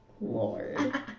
lord